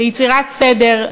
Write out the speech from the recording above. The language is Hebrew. ליצירת סדר,